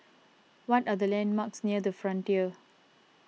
what are the landmarks near the Frontier